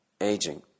aging